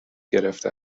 گرفته